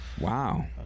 wow